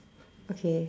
okay